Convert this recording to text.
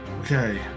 Okay